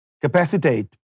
capacitate